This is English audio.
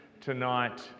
tonight